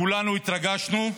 כולנו התרגשנו.